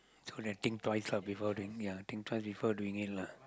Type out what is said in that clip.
so they think twice lah before doing ya think twice before doing it lah